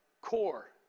core